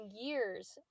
years